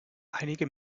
einige